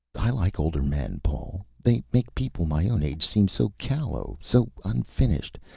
i like older men, paul. they make people my own age seem so callow, so unfinished.